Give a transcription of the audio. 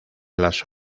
las